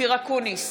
אופיר אקוניס,